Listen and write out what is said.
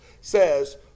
says